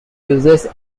uses